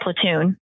platoon